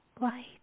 light